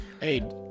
Hey